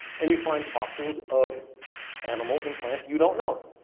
and you find fossils of animals and plants you don't know.